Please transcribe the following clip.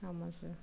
ஆமாம் சார்